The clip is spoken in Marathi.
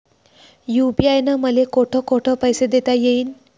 यू.पी.आय न मले कोठ कोठ पैसे देता येईन?